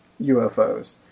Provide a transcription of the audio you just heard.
UFOs